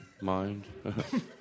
mind